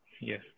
Yes